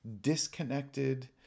disconnected